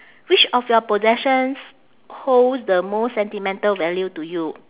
which of your possessions holds the most sentimental value to you